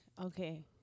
Okay